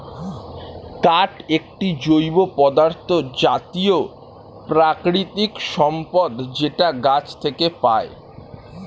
কাঠ একটি জৈব পদার্থ জাতীয় প্রাকৃতিক সম্পদ যেটা গাছ থেকে পায়